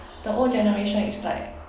the old generation is like